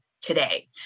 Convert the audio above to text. today